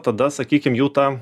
tada sakykim jų tą